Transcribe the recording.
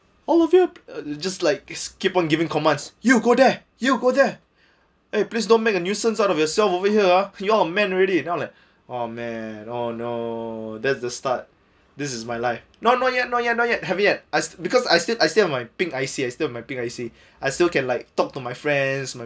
all of you just like is keep on giving commands you go there you go there eh please don't make a nuisance out of yourself over here ah you're a man already then I was like oh man oh no there's the start this is my life not not yet not yet not yet haven't yet as because I still I still have my pink I_C I still have my pink I_C I still can like talk to my friends